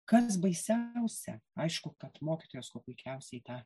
kas baisiausia aišku kad mokytojos kuo puikiausiai tą